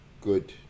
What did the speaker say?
good